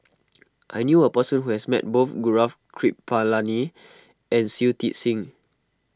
I knew a person who has met both Gaurav Kripalani and Shui Tit Sing